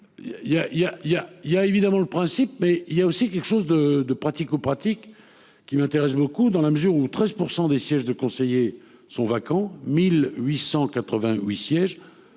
il y a évidemment le principe mais il y a aussi quelque chose de de pratico-, pratique qui m'intéresse beaucoup dans la mesure où 13% des sièges de conseillers sont vacants 1888 sièges.